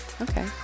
Okay